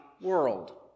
world